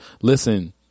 listen